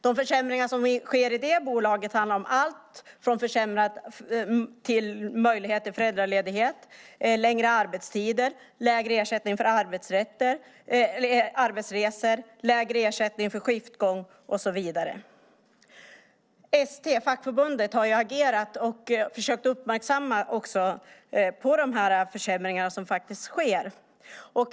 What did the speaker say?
De försämringar som sker i det bolaget handlar om allt från försämrad möjlighet till föräldraledighet till längre arbetstider, lägre ersättning för arbetsresor, lägre ersättning för skiftgång och så vidare. Fackförbundet ST har agerat och försökt uppmärksamma på de försämringar som faktiskt sker.